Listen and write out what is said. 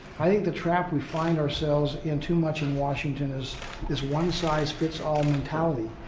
i think the trap we find ourselves in too much in washington is this one size fits all mentality.